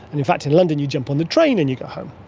and in fact in london you jump on the train and you go home.